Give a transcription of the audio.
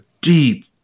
deep